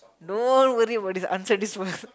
don't worry about this answer this first